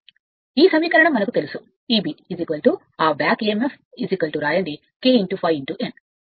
ఈ సమీకరణం ఈ సమీకరణం మనకు తెలుసు Eb ఆ బ్యాక్ emf వ్రాయండి K K ∅ n